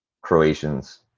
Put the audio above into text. Croatians